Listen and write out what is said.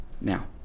Now